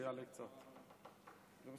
שמי איימן עודה, ואני